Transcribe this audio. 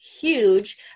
huge